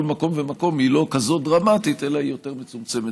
מקום ומקום היא לא כזאת דרמטית אלא יותר מצומצמת.